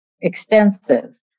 extensive